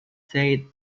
said